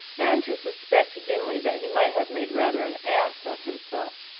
and to suspect dimly that he might have made rather an ass of himself.